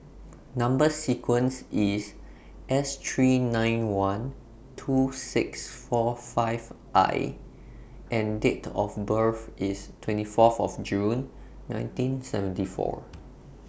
Number sequence IS S three nine one two six four five I and Date of birth IS twenty Fourth June nineteen seventy four